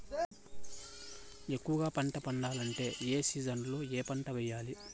ఎక్కువగా పంట పండాలంటే ఏ సీజన్లలో ఏ పంట వేయాలి